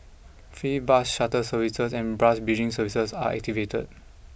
free bus shutter services and bras bridging services are activated